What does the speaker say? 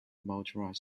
motorized